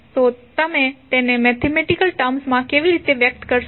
તો તમે તેને મેથેમેટિકલ ટર્મ્સ માં કેવી રીતે વ્યક્ત કરશો